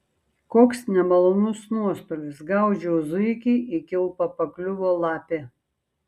koks nemalonus nuostolis gaudžiau zuikį į kilpą pakliuvo lapė